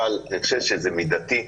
אבל אני חושב שזה מידתי,